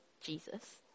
Jesus